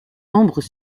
membres